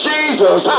Jesus